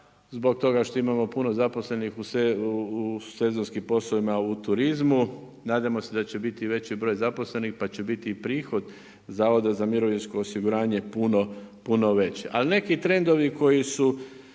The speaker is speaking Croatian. zbog toga što imamo puno zaposlenih u sezonskim poslovima u turizmu, nadamo se da će biti veći broj zaposlenih pa će biti i prihod Zavoda za mirovinsko osiguranje puno veće. Ali neki trendovi koji su